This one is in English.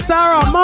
Sarah